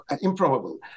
improbable